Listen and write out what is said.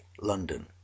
London